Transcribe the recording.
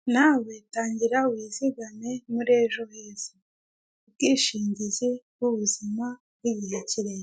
Iki ni cyumba cy'inama kirimo abantu benshi batandukanye, inyuma hari ibara ry'ubururu bicaye bose ku ntebe nziza cyane,